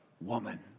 Woman